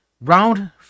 Round